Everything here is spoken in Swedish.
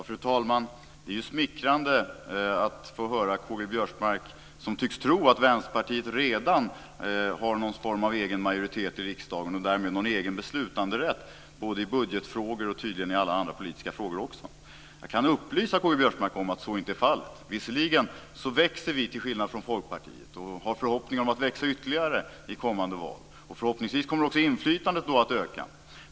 Fru talman! Det är smickrande att K-G Biörsmark tycks tro att Vänsterpartiet redan har någon form av egen majoritet i riksdagen och därmed någon egen beslutanderätt, både i budgetfrågor och tydligen i alla andra politiska frågor också. Jag kan upplysa K-G Biörsmark om att så inte är fallet. Visserligen växer vi, till skillnad från Folkpartiet, och har förhoppning om att växa ytterligare i kommande val. Förhoppningsvis kommer också inflytandet då att öka.